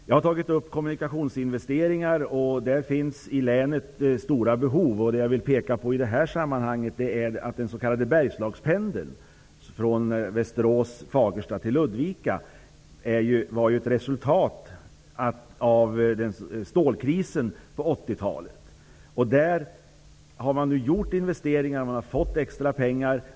Jag har tagit upp kommunikationsinvesteringar, och i länet finns stora sådana behov. Jag vill peka på den s.k. Bergslagspendeln, Västerås--Fagersta-- talet. Där har man nu gjort investeringar, och man har fått extra pengar.